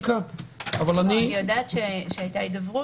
כרגע אני לא יודע אם זה